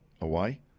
away